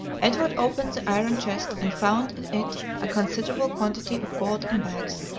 edward opened the iron chest, and found in it a considerable quantity of gold in bags,